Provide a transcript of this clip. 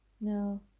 No